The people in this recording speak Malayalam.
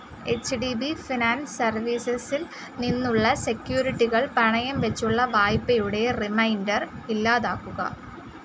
എച്ച് ഡി ബി ഫിനാൻസ് സർവീസസിൽ നിന്നുള്ള സെക്യൂരിറ്റികൾ പണയം വെച്ചുള്ള വായ്പയുടെ റിമൈൻഡർ ഇല്ലാതാക്കുക